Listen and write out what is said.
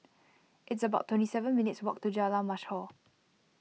it's about twenty seven minutes' walk to Jalan Mashhor